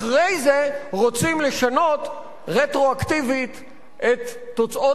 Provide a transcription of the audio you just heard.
אחרי זה רוצים לשנות רטרואקטיבית את תוצאות